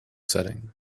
setting